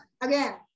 again